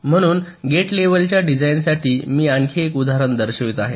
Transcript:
म्हणून गेट लेव्हलच्या डिझाइनसाठी मी आणखी एक उदाहरण दर्शवित आहे